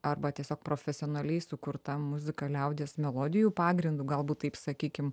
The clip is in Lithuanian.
arba tiesiog profesionaliai sukurta muzika liaudies melodijų pagrindu galbūt taip sakykim